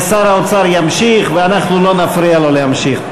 ושר האוצר ימשיך ואנחנו לא נפריע לו להמשיך.